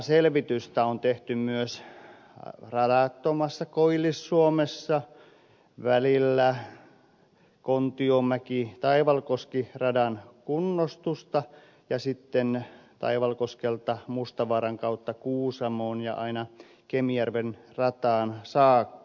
rataselvitystä on tehty myös radattomassa koillis suomessa radan kunnostusta välillä kontiomäkitaivalkoski ja sitten selvitystä taivalkoskelta mustavaaran kautta kuusamoon ja aina kemijärven rataan saakka